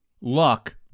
luck